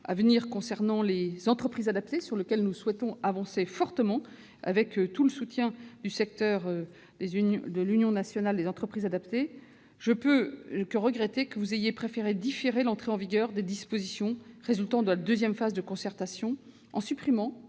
à venir concernant les entreprises adaptées- sujet sur lequel nous souhaitons avancer fortement, avec le soutien de l'Union nationale des entreprises adaptées -, je ne puis que regretter que vous ayez préféré différer l'entrée en vigueur des dispositions résultant de la deuxième phase de concertation, en supprimant